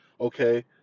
okay